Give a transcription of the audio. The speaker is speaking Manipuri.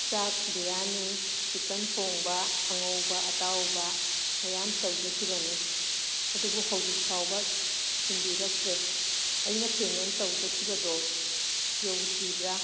ꯆꯥꯛ ꯕꯤꯔꯌꯥꯅꯤ ꯆꯤꯀꯟ ꯊꯣꯡꯕ ꯑꯉꯧꯕ ꯑꯇꯥꯎꯕ ꯃꯌꯥꯝ ꯇꯧꯖꯈꯤꯕꯅꯤ ꯑꯗꯨꯕꯨ ꯍꯧꯖꯤꯛ ꯐꯥꯎꯕ ꯊꯤꯟꯕꯤꯔꯛꯇ꯭ꯔꯦ ꯑꯩꯅ ꯄꯦꯃꯦꯟ ꯇꯧꯖꯈꯤꯕꯗꯣ ꯌꯧꯗ꯭ꯔꯤꯕ꯭ꯔꯥ